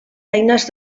eines